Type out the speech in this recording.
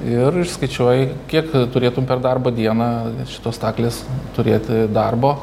ir išskaičiuoji kiek turėtum per darbo dieną šitos staklės turėti darbo